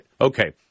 Okay